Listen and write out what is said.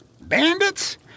Bandits